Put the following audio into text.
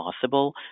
possible